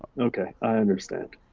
okay, i understand.